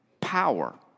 power